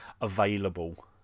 available